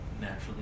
naturally